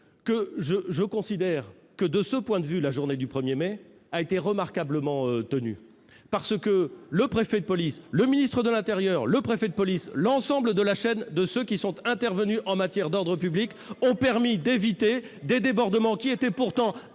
je considère que, de ce point de vue, la journée du 1 mai dernier a été remarquablement tenue. En effet, le ministre de l'intérieur, le préfet de police, l'ensemble de la chaîne de ceux qui sont intervenus en matière d'ordre public ont permis d'éviter les débordements qui étaient pourtant annoncés,